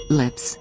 lips